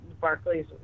Barclays